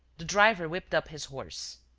the driver whipped up his horse.